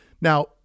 Now